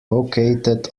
located